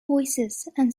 voicesand